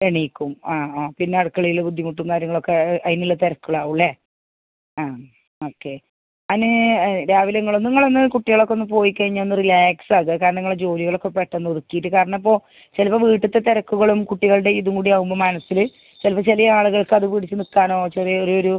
എണീക്കും ആ ആ പിന്നെ അടുക്കളയിൽ ബുദ്ധിമുട്ടും കാര്യങ്ങൾ ഒക്കെ അതിനുള്ള തിരക്കുകൾ ആകും അല്ലേ അ ഒക്കെ അതിന് രാവിലെ നിങ്ങളൊന്ന് നിങ്ങളൊന്ന് കുട്ടികൾ ഒക്കെ ഒന്ന് പോയി കഴിഞ്ഞാൽ ഒന്ന് റിലാക്സ് ആകുക കാരണം നിങ്ങളുടെ ജോലികൾ ഒക്കെ പെട്ടെന്ന് ഇതാക്കിയിട്ട് കാരണം ഇപ്പോൾ ചിലപ്പോൾ വീട്ടിലത്തെ തിരക്കുകളും കുട്ടികളുടെ ഇതും കൂടി ആകുമ്പോൾ മനസ്സില് ചിലപ്പോൾ ചില ആളുകൾക്ക് അത് പിടിച്ച് നിൽക്കാനോ ചെറിയൊര് ഒരു